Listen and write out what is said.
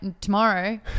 tomorrow